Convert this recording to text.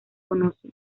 conoce